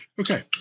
Okay